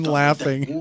laughing